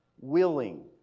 willing